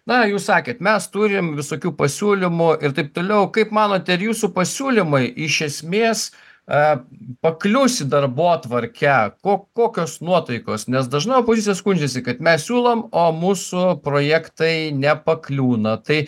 na jūs sakėt mes turim visokių pasiūlymų ir taip toliau kaip manote ar jūsų pasiūlymai iš esmės a paklius į darbotvarkę ko kokios nuotaikos nes dažnai opozicija skundžiasi kad mes siūlom o mūsų projektai nepakliūna tai